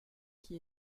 qui